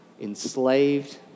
enslaved